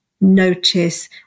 notice